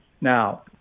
now